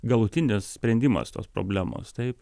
galutinis sprendimas tos problemos taip